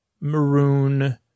maroon